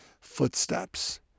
footsteps